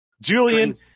julian